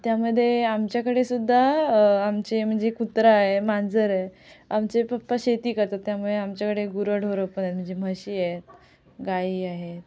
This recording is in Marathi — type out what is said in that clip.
त्यामध्ये आमच्याकडे सुद्धा आमचे म्हणजे कुत्रा आहे मांजर आहे आमचे पप्पा शेती करतात त्यामुळे आमच्याकडे गुरंढोरं पण आहेत म्हणजे म्हशी आहेत गाई आहेत